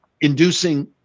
inducing